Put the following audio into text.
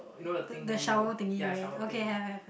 the the shower thingy right okay have have have